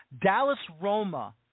Dallas-Roma